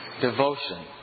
devotion